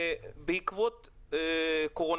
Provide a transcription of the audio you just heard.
בעקבות הקורונה,